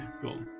Cool